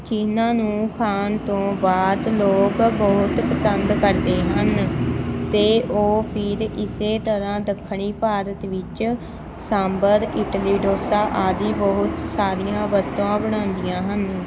ਜਿਹਨਾਂ ਨੂੰ ਖਾਣ ਤੋਂ ਬਾਅਦ ਲੋਕ ਬਹੁਤ ਪਸੰਦ ਕਰਦੇ ਹਨ ਅਤੇ ਉਹ ਫਿਰ ਇਸੇ ਤਰ੍ਹਾਂ ਦੱਖਣੀ ਭਾਰਤ ਵਿੱਚ ਸਾਂਬਰ ਇਡਲੀ ਡੋਸਾ ਆਦਿ ਬਹੁਤ ਸਾਰੀਆਂ ਵਸਤੂਆਂ ਬਣਾਉਂਦੀਆਂ ਹਨ